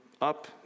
up